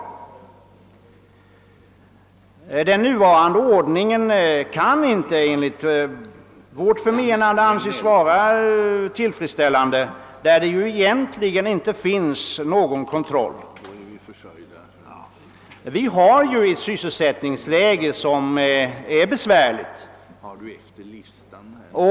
Den nuvarande ordningen utan någon egentlig kontroll kan inte vara tillfredsställande. Vi har ett besvärligt sysselsättningsläge.